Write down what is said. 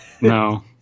No